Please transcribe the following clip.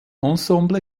ensemble